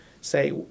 say